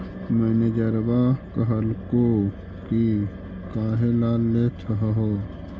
मैनेजरवा कहलको कि काहेला लेथ हहो?